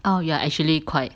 oh you are actually quite